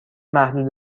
محدود